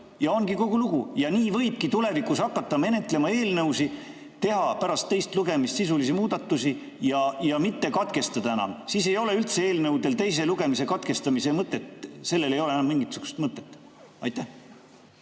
ja ongi kogu lugu. Ja nii võibki tulevikus hakata menetlema eelnõusid, teha pärast teist lugemist sisulisi muudatusi ja mitte katkestada enam. Siis ei ole üldse eelnõude teise lugemise katkestamisel mõtet, sellel ei ole enam mingisugust mõtet. Aitäh!